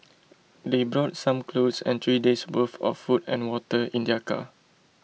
they brought some clothes and three days' worth of food and water in their car